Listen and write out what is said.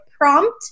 prompt